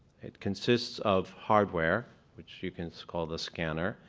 it consists of hardware, which you can call the scanner,